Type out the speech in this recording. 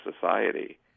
society